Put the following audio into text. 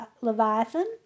Leviathan